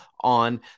on